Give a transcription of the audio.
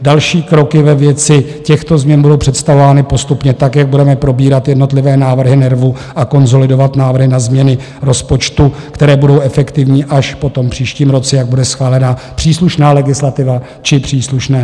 Další kroky ve věci těchto změn budou představovány postupně tak, jak budeme probírat jednotlivé návrhy NERVu a konsolidovat návrhy na změny rozpočtu, které budou efektivní až po příštím roce, jak bude schválena příslušná legislativa či příslušné normy.